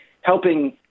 helping